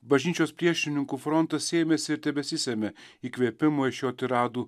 bažnyčios priešininkų frontas sėmėsi ir tebesisemia įkvėpimo iš jo tiradų